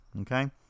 Okay